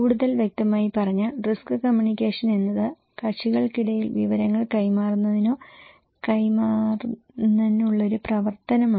കൂടുതൽ വ്യക്തമായി പറഞ്ഞാൽ റിസ്ക് കമ്മ്യൂണിക്കേഷൻ എന്നത് കക്ഷികൾക്കിടയിൽ വിവരങ്ങൾ കൈമാറുന്നതിനോ കൈമാറുന്നതിനോ ഉള്ള ഒരു പ്രവർത്തനമാണ്